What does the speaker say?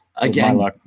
Again